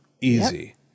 easy